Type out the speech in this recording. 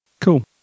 Cool